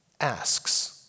asks